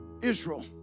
Israel